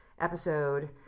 episode